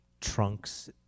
trunks